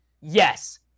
yes